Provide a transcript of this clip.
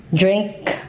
drink,